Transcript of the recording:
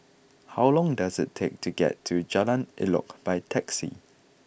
how long does it take to get to Jalan Elok by taxi